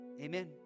amen